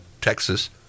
Texas